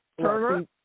Turner